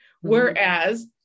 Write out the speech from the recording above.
Whereas